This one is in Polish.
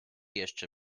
jeszcze